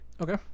okay